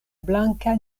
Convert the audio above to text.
blanka